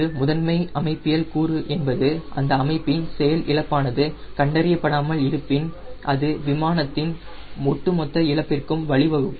ஒரு முதன்மை அமைப்பியல் கூறு என்பது அந்த அமைப்பின் செயல் இழப்பானது கண்டறியப்படாமல் இருப்பின் அது விமானத்தின் ஒட்டுமொத்த இழப்பிற்கும் வழிவகுக்கும்